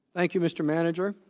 thank you mr. manager.